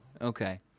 Okay